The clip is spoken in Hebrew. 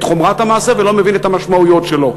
חומרת המעשה ולא מבין את המשמעויות שלו.